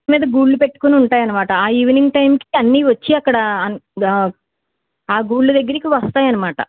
మీద గూళ్ళు పెట్టుకుని ఉంటాయనమాట ఆ ఈవినింగ్ టైమ్కి అన్ని వచ్చి అక్కడ అన్ ద ఆ గూళ్ళదగ్గరికి వస్తాయనమాట